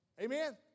Amen